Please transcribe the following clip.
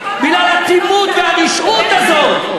בגלל האטימות והרשעות הזאת.